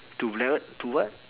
too blank what too what